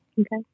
Okay